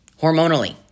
hormonally